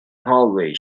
hallway